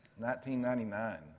1999